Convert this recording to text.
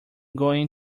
going